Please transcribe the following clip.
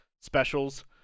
specials